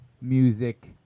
music